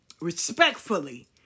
respectfully